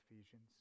Ephesians